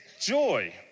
joy